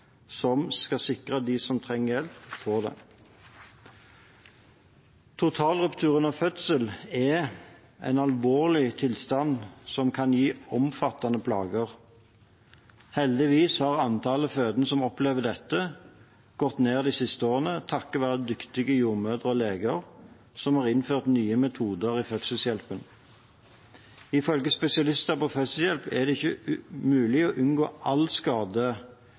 som skal sikre at de som trenger hjelp, får det. Totalruptur under fødsel er en alvorlig tilstand som kan gi omfattende plager. Heldigvis har antallet fødende som opplever dette, gått ned de siste årene, takket være dyktige jordmødre og leger som har innført nye metoder i fødselshjelpen. Ifølge spesialister på fødselshjelp er det ikke mulig å unngå all skade,